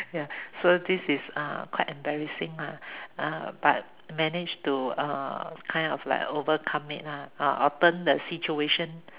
ya so this is uh quite embarrassing lah uh but managed to uh kind of overcome it ah or turn the situation